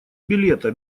билета